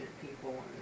people